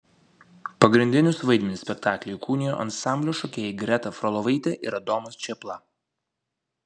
pagrindinius vaidmenis spektaklyje įkūnijo ansamblio šokėjai greta frolovaitė ir adomas čėpla